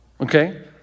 okay